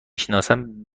شناسم